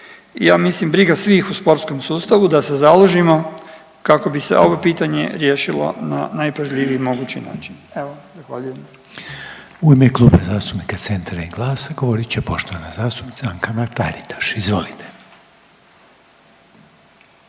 ja mislim briga svih u sportskom sustavu da se založimo kako bi se ovo pitanje riješilo na najpažljiviji mogući način. Evo zahvaljujem. **Reiner, Željko (HDZ)** U ime Kluba zastupnika CENTRA i GLAS-a govorit će poštovana zastupnica Anka Mrak-Taritaš, izvolite.